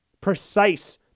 precise